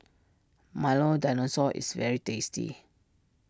Milo Dinosaur is very tasty